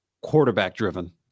quarterback-driven